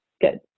Good